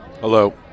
Hello